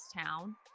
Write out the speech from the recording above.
town